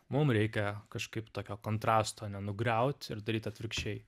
mum reikia kažkaip tokio kontrasto nenugriaut ir daryt atvirkščiai